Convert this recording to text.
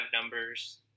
numbers